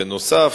בנוסף,